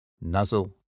nuzzle